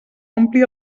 ompli